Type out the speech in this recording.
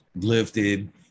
lifted